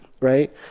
right